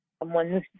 someone's